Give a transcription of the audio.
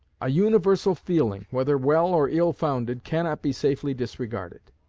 a universal feeling, whether well or ill founded, cannot be safely disregarded.